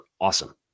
awesome